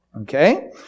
Okay